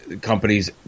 companies